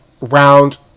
round